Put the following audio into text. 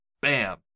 bam